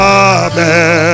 amen